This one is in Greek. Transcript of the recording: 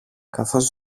καθώς